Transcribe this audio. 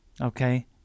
Okay